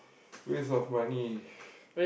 waste of money